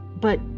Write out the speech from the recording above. But